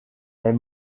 est